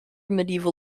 medieval